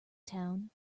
town